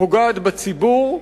פוגעת בציבור,